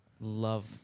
Love